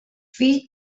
fill